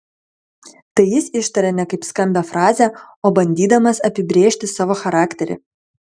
tai jis ištaria ne kaip skambią frazę o bandydamas apibrėžti savo charakterį